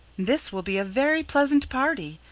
this will be a very pleasant party,